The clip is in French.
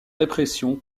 répression